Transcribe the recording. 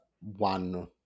one